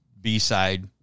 B-side